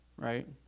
Right